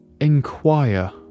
inquire